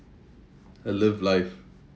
live life